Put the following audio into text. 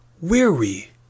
weary